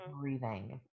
breathing